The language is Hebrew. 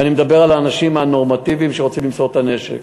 ואני מדבר על האנשים הנורמטיבים שרוצים למסור את הנשק.